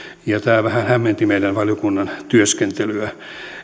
tämä vähän hämmensi meidän valiokuntamme työskentelyä